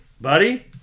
buddy